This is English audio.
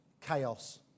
chaos